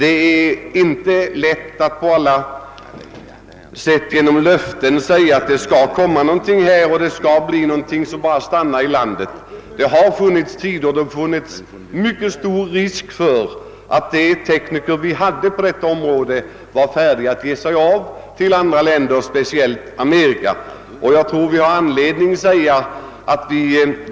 Det är inte lätt att göra detta enbart med hjälp av löften. Man kan inte stå och säga: Det skall komma någonting här, det skall bli något om: ni bara stannar inom landet. Det har funnits tider då det förelegat. stor risk för att de tekniker vi hade på detta område var färdiga att ge sig av till andra länder, speciellt då Amerika.